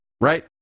right